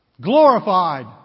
glorified